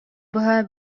быһа